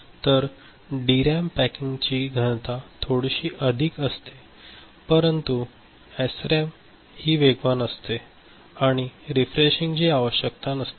तर डीरॅम पॅकिंगची घनता थोडीशी अधिक असते परंतु येथे एसरॅम ही वेगवान असते आणि रीफ्रेशिंगची आवश्यकता नसते